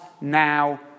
now